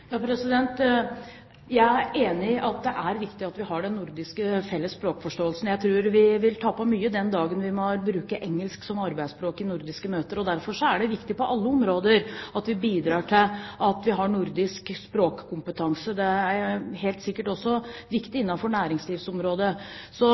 Jeg er enig i at det er viktig at vi har en nordisk felles språkforståelse. Jeg tror vi vil tape mye den dagen vi må bruke engelsk som arbeidsspråk i nordiske møter. Derfor er det viktig på alle områder at vi bidrar til at vi har nordisk språkkompetanse. Det er helt sikkert også viktig innenfor næringslivsområdet. Så